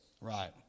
Right